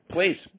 Please